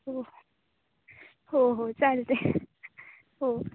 हो हो हो चालते हो